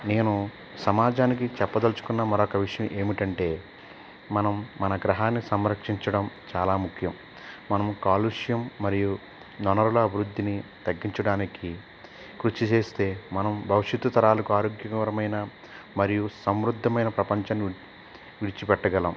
నేను సమాజానికి చెప్పదలుచుకున్న మరొక విషయం ఏమిటంటే మనం మన గ్రహాన్ని సంరక్షించడం చాలా ముఖ్యం మనము కాలుష్యం మరియు వనరుల అభివృద్ధిని తగ్గించడానికి కృషి చేస్తే మనం భవిష్యత్తు తరాలకు ఆరోగ్యకరమైన మరియు సమృద్ధమైన ప్రపంచం విడిచి పెట్టగలం